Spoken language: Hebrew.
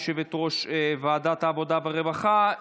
יושבת-ראש ועדת העבודה והרווחה.